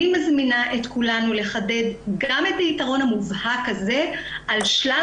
אני מזמינה את כולנו לחדד גם את היתרון המובהק הזה על שלל